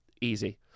easy